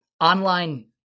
Online